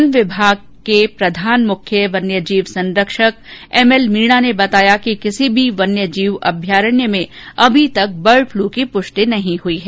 one विभाग के प्रधान मुख्य वन्यजीव संरक्षक एमएल मीणा ने बताया कि किसी भी वन्यजीव अभ्यारण्य में अभी तक बर्ड फ्लू की पुष्टि नहीं हुई है